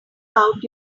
out